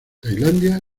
tailandia